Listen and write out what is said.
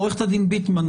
עורכת הדין ביטמן,